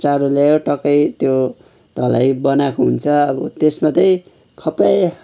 चारो ल्यायो टक्कै त्यो ढलाई बनाएको हुन्छ अब त्यसमा छे खप्पै